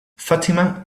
fatima